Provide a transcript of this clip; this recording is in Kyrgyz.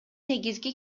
негизги